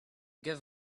give